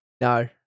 No